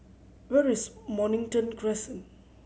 where is Mornington Crescent